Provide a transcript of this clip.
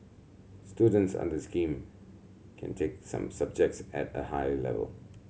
students under scheme can take some subjects at a higher level